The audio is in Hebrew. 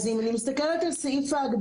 אז אם אני מסתכלת על סעיף ההגדרות,